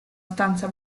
stanza